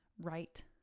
right